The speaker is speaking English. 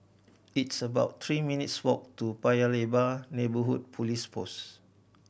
it's about three minutes' walk to Paya Lebar Neighbourhood Police Post